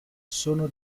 sono